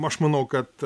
aš manau kad